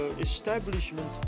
establishment